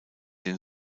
dem